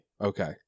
Okay